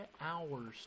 Hours